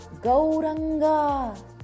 Gauranga